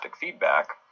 feedback